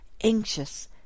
anxious